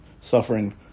suffering